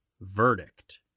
verdict